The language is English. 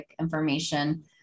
information